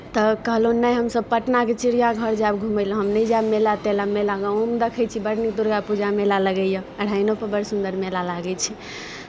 तऽ कहलहुँ नहि हमसभ पटनाके चिड़ियाघर जायब घूमय लेल हम नहि जायब मेला तेला मेला गाँवोमे देखै छी बड़ नीक दुर्गा पूजा मेला लगैए अढ़ैनोपर बड़ सुन्दर मेला लागै छै